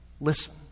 Listen